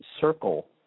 Circle